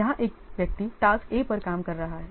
यहां एक व्यक्ति टास्क A पर काम कर रहा है